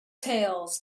tales